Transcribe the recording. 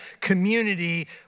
community